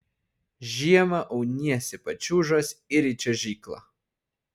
žiemą auniesi pačiūžas ir į čiuožyklą